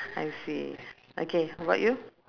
I see okay how about you